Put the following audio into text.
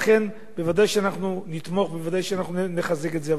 ולכן ודאי שאנחנו נתמוך, ודאי שנחזק את זה.